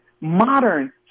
modern